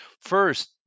first